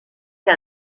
que